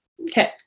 Okay